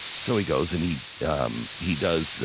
so he goes and he um he does